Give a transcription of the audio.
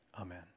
Amen